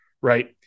Right